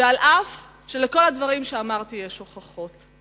על אף שלכל הדברים שאמרתי יש הוכחות.